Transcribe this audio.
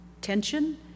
tension